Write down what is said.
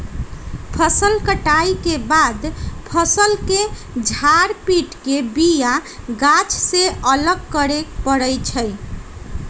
फसल कटाइ के बाद फ़सल के झार पिट के बिया गाछ के अलग करे परै छइ